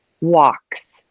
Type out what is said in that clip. walks